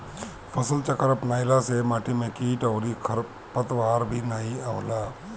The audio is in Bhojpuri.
फसलचक्र अपनईला से माटी में किट अउरी खरपतवार भी नाई होला